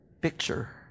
picture